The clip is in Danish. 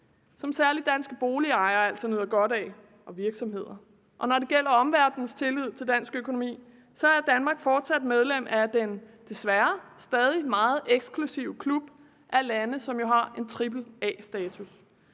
som særlig danske boligejere og virksomheder altså nyder godt af. Når det gælder omverdenens tillid til dansk økonomi, er Danmark fortsat medlem af den desværre stadig meget eksklusive klub af lande, som jo har en AAA-status.